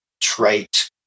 trait